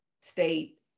state